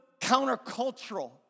countercultural